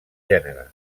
gènere